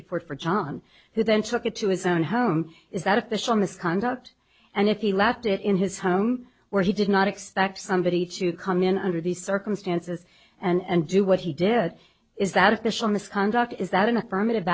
report for john who then took it to his own home is that official misconduct and if he left it in his home where he did not expect somebody to come in under the circumstances and do what he did is that official misconduct is that an affirmative